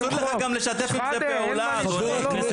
אסור לך גם לשתף עם זה פעולה, אדוני.